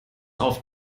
auf